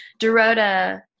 Dorota